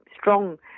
strong